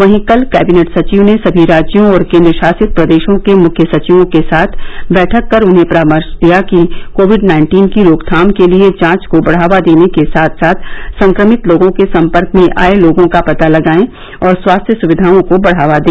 वहीं कल कैबिनेट सचिव ने सभी राज्यों और केंद्र शासित प्रदेशों के मुख्य सचिवों के साथ बैठक कर उन्हें परामर्श दिया कि कोविड नाइन्टीन की रोकथाम के लिए जांच को बढ़ावा देने के साथ साथ संक्रमित लोगों के संपर्क में आए लोगों का पता लगाएं और स्वास्थ्य सुविधाओं को बढ़ावा दे